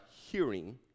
hearing